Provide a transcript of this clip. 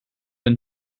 been